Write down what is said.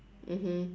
mmhmm